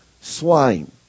swine